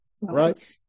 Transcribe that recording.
Right